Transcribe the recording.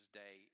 day